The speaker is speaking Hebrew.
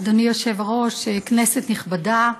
אדוני היושב-ראש, כנסת נכבדה,